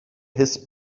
his